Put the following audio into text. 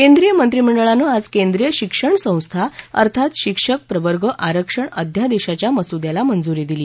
केंद्रीय मंत्रिमंडळानं आज केंद्रीय शिक्षण संस्था अर्थात शिक्षक प्रवर्ग आरक्षण अध्यादेशाच्या मसुद्याला मंजुरी दिली